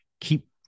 Keep